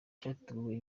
cyateguwe